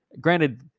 Granted